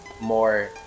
more